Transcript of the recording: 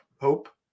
Hope